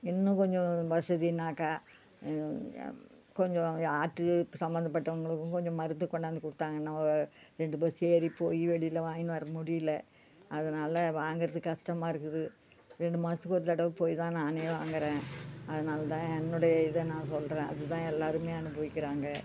இன்னும் கொஞ்சம் வசதின்னாக்கா கொஞ்சம் ஆர்ட்டு சம்மந்தப்பட்டவங்களுக்கும் கொஞ்சம் மருந்து கொண்டாந்து கொடுத்தாங்கன்னா ரெண்டு பஸ் ஏறி போயி வெளியில் வாங்கின்னு வர முடியிலை அதனாலே வாங்குறது கஸ்டமாக இருக்குது ரெண்டு மாதத்துக்கு ஒரு தடவை போய் தான் நானே வாங்குறேன் அதனால தான் என்னுடைய இதை நான் சொல்கிறேன் அதுதான் எல்லோருமே அனுபவிக்கிறாங்க